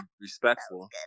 respectful